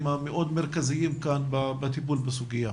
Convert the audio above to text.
המאוד מרכזיים כאן בטיפול בסוגיה.